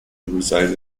resided